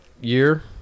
year